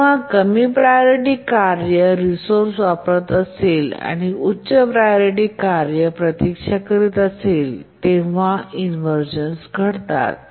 जेव्हा कमी प्रायोरिटी कार्य रिसोर्स वापरत असेल आणि उच्च प्रायोरिटी कार्य प्रतीक्षा करत असेल तेव्हा इन्व्हरझन घडतात